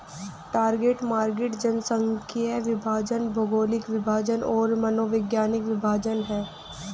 target market जनसांख्यिकीय विभाजन, भौगोलिक विभाजन और मनोवैज्ञानिक विभाजन हैं